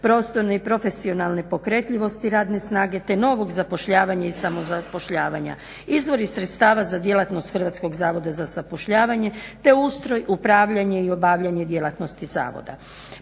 prostorne i profesionalne pokretljivosti radne snage te novog zapošljavanja i samozapošljavanja, izvori sredstava za djelatnost HZZ-a te ustroj, upravljanje i obavljanje djelatnosti zavoda.